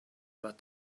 but